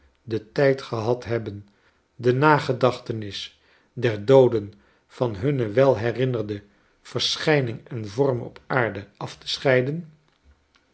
den tijd gehad hebben de nagedachtenis der dooden van hunne wel herinnerde verschijning en vorm op aarde af tescheiden